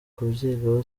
kubyigaho